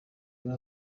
muri